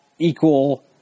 equal –